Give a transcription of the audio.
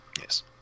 Yes